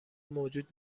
موجود